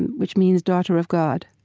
and which means daughter of god.